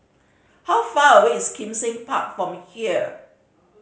how far away is Kim Seng Park from here